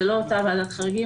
זו לא אותה ועדת חריגים,